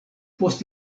post